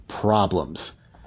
problems